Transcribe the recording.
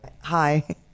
Hi